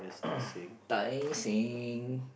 Tai-Seng